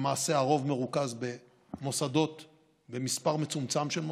למעשה, הרוב מרוכז במספר מצומצם של מוסדות.